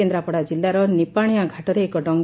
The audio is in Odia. କେନ୍ଦ୍ରାପଡ଼ା କିଲ୍ଲାର ନିପାଣିଆ ଘାଟରେ ଏକ ଡଙ୍ଗ